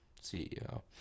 ceo